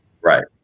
Right